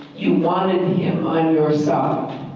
you wanted him on your side.